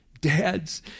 Dad's